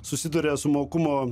susiduria su mokumo